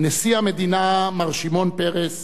נשיא המדינה מר שמעון פרס